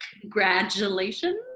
Congratulations